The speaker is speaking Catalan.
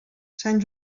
sant